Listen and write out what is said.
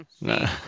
no